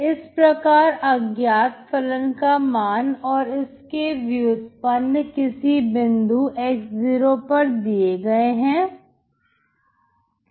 इस प्रकार अज्ञात फलन का मान और इसके व्युत्पन्न किसी बिंदु x0 पर दिए गए हैं